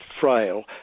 frail